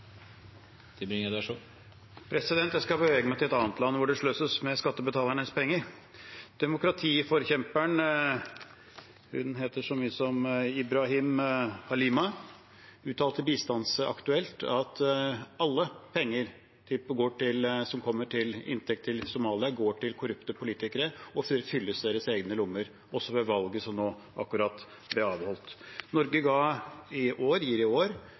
de facto bidrar til støtte til Talibans regime. Det blir oppfølgingsspørsmål – Christian Tybring-Gjedde. Jeg skal bevege meg til et annet land hvor det sløses med skattebetalernes penger. Demokratiforkjemperen Halima Ibrahim uttalte i Bistandsaktuelt at alle penger som kommer til Somalia, går til korrupte politikere og fyller deres lommer, også ved valget som nå akkurat ble avholdt. Norge gir i år